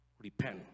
repent